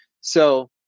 so-